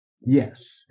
Yes